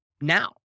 now